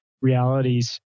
realities